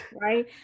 right